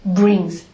brings